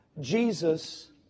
Jesus